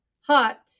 hot